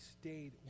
stayed